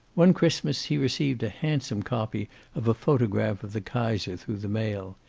one christmas he received a handsome copy of a photograph of the kaiser through the mail.